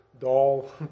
doll